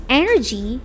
energy